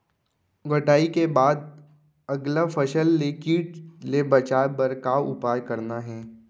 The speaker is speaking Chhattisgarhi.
कटाई के बाद अगला फसल ले किट ले बचाए बर का उपाय करना हे?